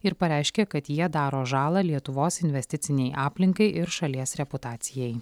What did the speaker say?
ir pareiškė kad jie daro žalą lietuvos investicinei aplinkai ir šalies reputacijai